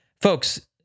folks